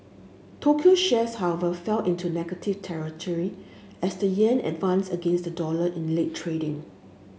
Tokyo shares however fell into negative territory as the yen advanced against the dollar in late trading